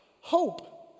Hope